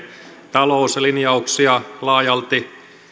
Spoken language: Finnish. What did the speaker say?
talouslinjauksia laajalti